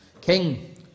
king